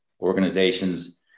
organizations